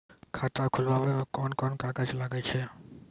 खाता खोलावै मे कोन कोन कागज लागै छै?